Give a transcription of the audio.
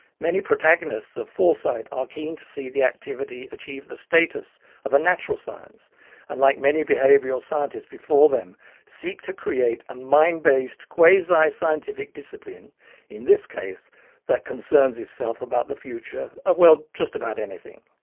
many protagonists of foresight are keen to see the activity achieve the status of a natural science and like many behavioural scientists before them seek to create a mind-based quasi-scientific discipline in this case that concerns itself about the future of, well, just about anything.